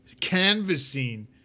canvassing